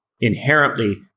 inherently